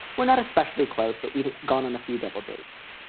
we're not especially close, but we've gone on a few double dates.